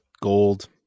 gold